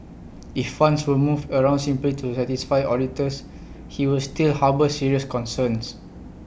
if funds were moved around simply to satisfy auditors he would still harbour serious concerns